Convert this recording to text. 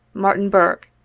martin burke,